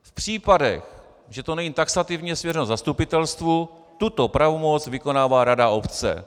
V případech, že to není taxativně svěřeno zastupitelstvu, tuto pravomoc vykonává rada obce.